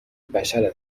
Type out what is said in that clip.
بشر